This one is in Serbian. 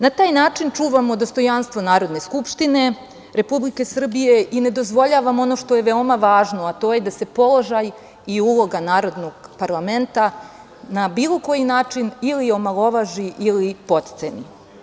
Na taj način čuvamo dostojanstvo Narodne skupštine Republike Srbije i ne dozvoljavamo ono što je veoma važno, a to je da se položaj i uloga parlamenta na bilo koji način ili omalovaži ili potceni.